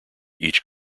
each